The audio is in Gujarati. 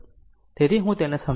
તેથી હું તેને સમજાવું